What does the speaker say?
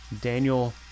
Daniel